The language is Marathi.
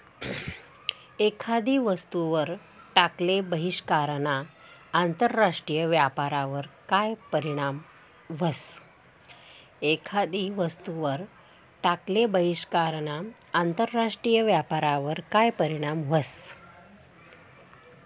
एखादी वस्तूवर टाकेल बहिष्कारना आंतरराष्ट्रीय व्यापारवर काय परीणाम व्हस?